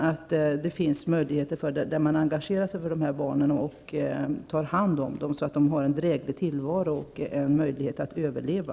Det bör finnas någon som engagerar sig för dessa barn och tar hand om dem så att de får en dräglig tillvaro och möjlighet att överleva.